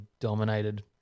dominated